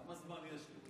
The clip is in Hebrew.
כמה זמן יש לי?